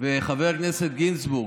חבר הכנסת גינזבורג,